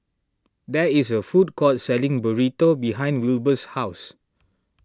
there is a food court selling Burrito behind Wilbur's house